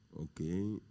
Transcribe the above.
okay